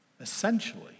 essentially